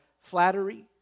flattery